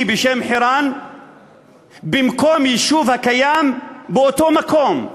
בשם חירן במקום יישוב הקיים באותו מקום,